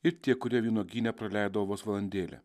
ir tie kurie vynuogyne praleido vos valandėlę